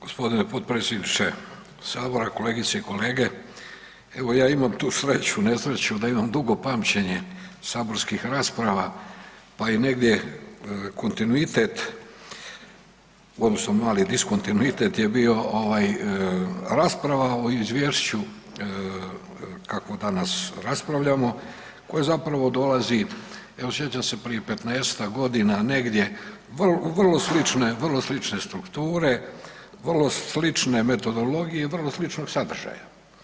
Gospodine potpredsjedniče sabora, kolegice i kolege, evo ja imam tu sreću, nesreću da imam dugo pamćenje saborskih rasprava pa i negdje kontinuitet odnosno mali diskontinuitet je bio ovaj rasprava o izvješću kakvo danas raspravljamo koje zapravo dolazi, evo sjećam se prije 15-tak godina negdje, vrlo slične, vrlo slične strukture, vrlo slične metodologije, vrlo sličnog sadržaja.